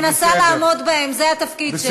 אני מנסה לעמוד בהם, זה התפקיד שלי.